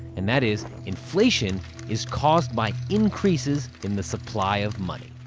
and that is inflation is caused by increases in the supply of money.